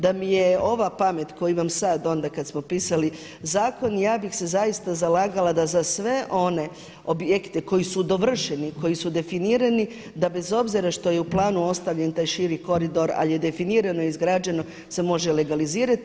Da mi je ova pamet koju imam sad onda kad smo pisali zakon ja bih se zaista zalagala da za sve one objekte koji su dovršeni, koji su definirani, da bez obzira što je u planu ostavljen taj širi koridor, ali je definirano i izgrađeno se može legalizirati.